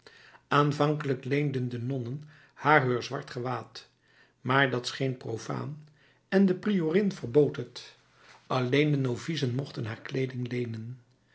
aanvankelijk leenden de nonnen haar heur zwart gewaad maar dat scheen profaan en de priorin verbood het alleen de novicen mochten haar kleeding leenen